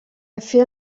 fear